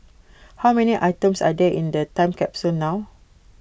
how many items are there in the time capsule now